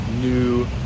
new